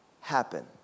happen